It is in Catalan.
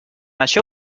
això